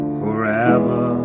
forever